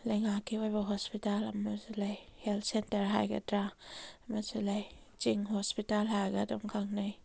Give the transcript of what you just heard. ꯂꯩꯉꯥꯛꯀꯤ ꯑꯣꯏꯕ ꯍꯣꯁꯄꯤꯇꯥꯜ ꯑꯃꯁꯨ ꯂꯩ ꯍꯦꯜꯠ ꯁꯦꯟꯇꯔ ꯍꯥꯏꯒꯗ꯭ꯔꯥ ꯑꯃꯁꯨ ꯂꯩ ꯆꯤꯡ ꯍꯣꯁꯄꯤꯇꯥꯜ ꯍꯥꯏꯔꯒ ꯑꯗꯨꯝ ꯈꯪꯅꯩ